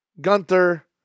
Gunther